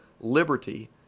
liberty